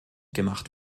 gemacht